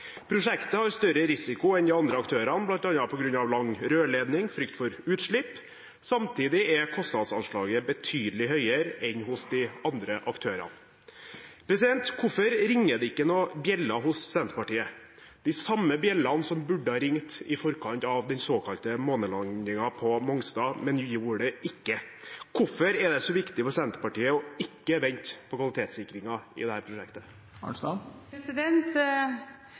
Prosjektet har større risiko enn de andre aktørene, bl.a. på grunn av lang rørledning, frykt for utslipp. Samtidig er kostnadsanslaget betydelig høyere enn hos de andre aktørene. Hvorfor ringer det ikke noen bjeller hos Senterpartiet, de samme bjellene som burde ha ringt i forkant av den såkalte månelandingen på Mongstad, men gjorde det ikke? Hvorfor er det så viktig for Senterpartiet ikke å vente på kvalitetssikringen i dette prosjektet?